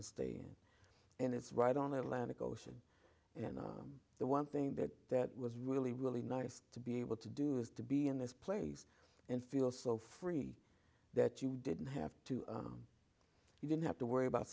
and stay in and it's right on atlantic ocean and the one thing that that was really really nice to be able to do is to be in this place and feel so free that you didn't have to you didn't have to worry about